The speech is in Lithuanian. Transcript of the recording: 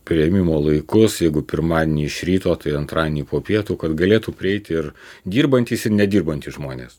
priėmimo laikus jeigu pirmadienį iš ryto tai antradienį po pietų kad galėtų prieiti ir dirbantys ir nedirbantys žmonės